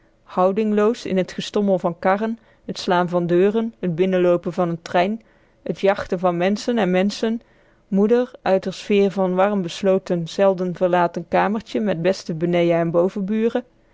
wijkend houdingloos in t gestommel van karren t slaan van deuren t binnenloopen van n trein t jachten van menschen en menschen moeder uit r sfeer van warm besloten zelden verlaten kamertje met beste benejen en bovenburen